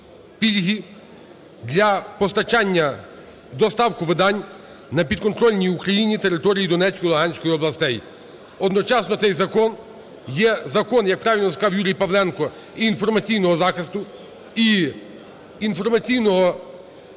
пільги для постачання, доставку видань на підконтрольні Україні території Донецької і Луганської областей. Одночасно цей закон є закон, як правильно сказав Юрій Павленко, і інформаційного захисту, і інформаційного захисту